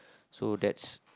so that's